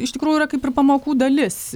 iš tikrųjų yra kaip ir pamokų dalis